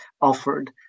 offered